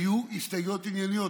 היו הסתייגויות ענייניות.